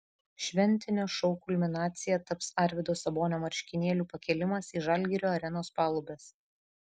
šventinio šou kulminacija taps arvydo sabonio marškinėlių pakėlimas į žalgirio arenos palubes